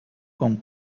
com